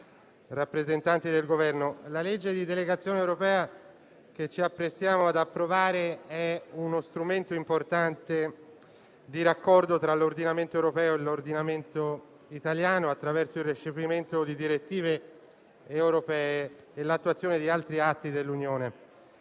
la legge di delegazione europea che ci apprestiamo ad approvare è uno strumento importante di raccordo tra l'ordinamento europeo e l'ordinamento italiano, attraverso il recepimento di direttive europee e l'attuazione di altri atti dell'Unione.